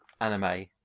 anime